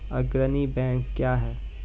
अग्रणी बैंक क्या हैं?